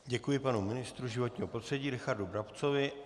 Děkuji panu ministru životního prostředí Richardu Brabcovi.